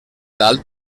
dalt